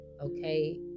Okay